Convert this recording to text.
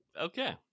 Okay